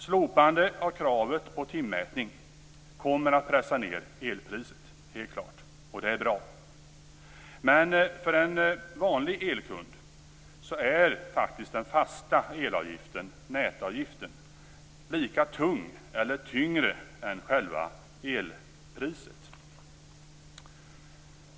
Slopande av kravet på timmätning kommer helt klart att pressa ned elpriset, och det är bra. För en vanlig elkund är den fasta elavgiften, nätavgiften, lika tung som eller tyngre än själva elpriset.